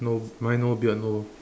no mine no beard no